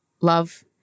love